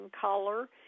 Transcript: color